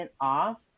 off